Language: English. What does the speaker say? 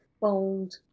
bold